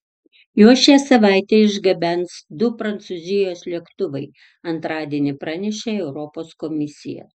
juos šią savaitę išgabens du prancūzijos lėktuvai antradienį pranešė europos komisija